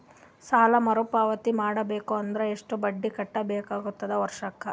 ಸಾಲಾ ಮರು ಪಾವತಿ ಮಾಡಬೇಕು ಅಂದ್ರ ಎಷ್ಟ ಬಡ್ಡಿ ಕಟ್ಟಬೇಕಾಗತದ ವರ್ಷಕ್ಕ?